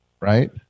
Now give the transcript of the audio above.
right